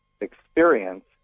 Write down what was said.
experience